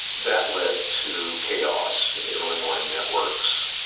that led to chaos in the early warning networks.